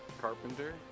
carpenter